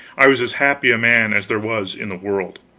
i was as happy a man as there was in the world.